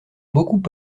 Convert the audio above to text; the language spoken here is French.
beaucoup